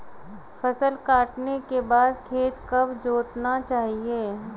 फसल काटने के बाद खेत कब जोतना चाहिये?